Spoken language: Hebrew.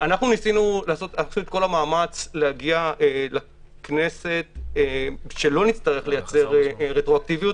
עשינו את כל המאמץ להגיע לכנסת כדי שלא נצטרך לייצר רטרואקטיביות,